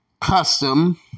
custom